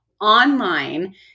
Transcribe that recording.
online